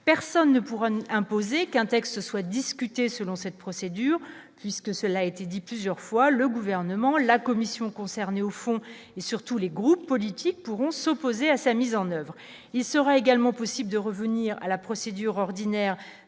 personne ne pourra imposer qu'un texte soit discuté selon cette procédure, puisque cela a été dit plusieurs fois, le gouvernement, la commission concernée au fond et surtout les groupes politiques pourront s'opposer à sa mise en oeuvre, il sera également possible de revenir à la procédure ordinaire,